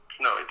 No